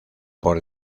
por